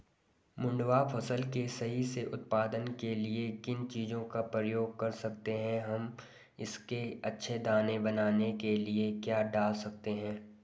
मंडुवा फसल के सही से उत्पादन के लिए किन चीज़ों का प्रयोग कर सकते हैं हम इसके अच्छे दाने बनाने के लिए क्या डाल सकते हैं?